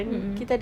mm mm